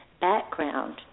background